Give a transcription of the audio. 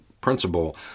principle